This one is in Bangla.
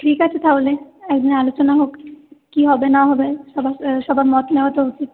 ঠিক আছে তাহলে একদিন আলোচনা হোক কি হবে না হবে সবার সবার মত নেওয়া তো উচিত